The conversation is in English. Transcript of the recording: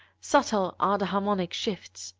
subtle are the harmonic shifts,